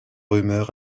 rumeurs